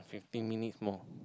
eighteen minutes more